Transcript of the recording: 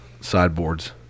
sideboards